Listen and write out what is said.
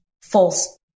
false